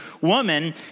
woman